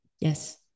Yes